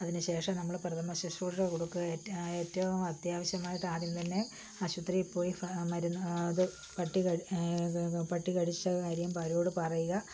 അതിനുശേഷം നമ്മൾ പ്രഥമ ശുശ്രൂഷ കൊടുക്കുക ഏറ്റവും ഏറ്റവും അത്യാവശ്യമായിട്ട് ആദ്യം തന്നെ ആശുപത്രിയിൽ പോയി മരുന്ന് അത് പട്ടി കടി പട്ടി കടിച്ച കാര്യം അവരോട് പറയ്കാ